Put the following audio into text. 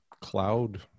cloud